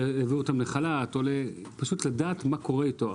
יעבירו אותם לחל"ת - לדעת מה קורה איתו.